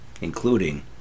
Including